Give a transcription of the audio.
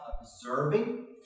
observing